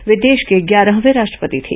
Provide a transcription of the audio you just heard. वे देश के ग्यारहवे राष्ट्रपति थे